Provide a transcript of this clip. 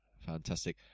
Fantastic